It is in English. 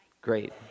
great